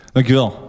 Dankjewel